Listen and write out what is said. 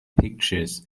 pictures